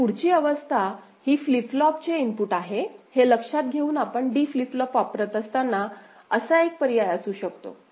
आणि पुढची अवस्था ही फ्लिप फ्लॉपचे इनपुट आहे हे लक्षात घेऊन आपण D फ्लिप फ्लॉप वापरत असताना असा एक पर्याय असू शकतो